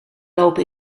lopen